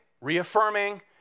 reaffirming